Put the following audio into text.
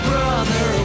Brother